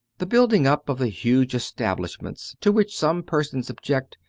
the building up of the huge establishments, to which some persons object,